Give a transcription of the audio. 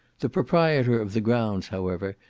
the proprietor of the grounds, however,